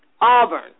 Auburn